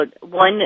one